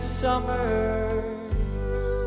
summer's